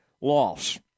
loss